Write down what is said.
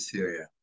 Syria